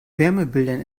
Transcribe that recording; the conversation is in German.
wärmebildern